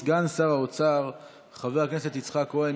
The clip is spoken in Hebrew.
סגן שר האוצר חבר הכנסת יצחק כהן.